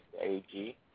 AG